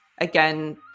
Again